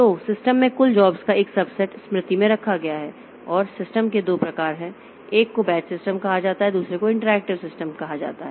तो सिस्टम में कुल जॉब्स का एक सबसेट स्मृति में रखा गया है और सिस्टम के 2 प्रकार हैं एक को बैच सिस्टम कहा जाता है दूसरे को इंटरेक्टिव सिस्टम कहा जाता है